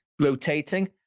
rotating